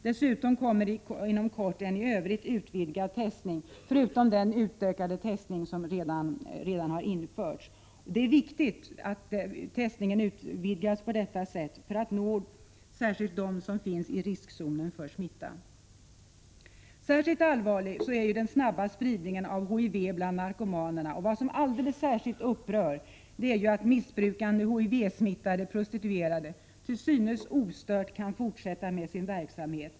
Dessutom kommer inom kort en i övrigt utvidgad testning, förutom den utökade testning som redan har införts. Det är viktigt att testningen utvidgas på detta sätt. Det gäller ju att nå särskilt dem som befinner sig i riskzonen när det gäller smitta. Särskilt allvarlig är den snabba spridningen av HIV bland narkomanerna. Vad som alldeles särskilt upprör är att missbrukande HIV-smittade prostituerade till synes ostört kan fortsätta med sin verksamhet.